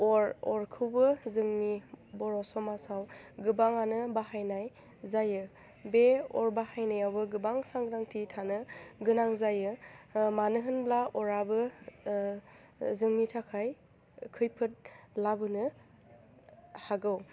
अर अरखौबो जोंनि बर' समाजाव गोबाङानो बाहायनाय जायो बे अर बाहायनायावबो गोबां सांग्रांथि थानो गोनां जायो मानो होनब्ला अराबो जोंनि थाखाय खैफोद लाबोनो हागौ